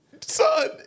Son